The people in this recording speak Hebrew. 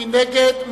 מי נגד?